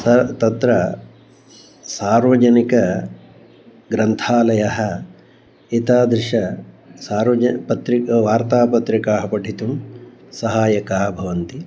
सः तत्र सार्वजनिकग्रन्थालयः एतादृश्यः सार्वजनिकपत्रिकाः वार्तापत्रिकाः पठितुं सहायकाः भवन्ति